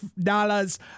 dollars